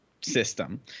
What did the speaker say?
system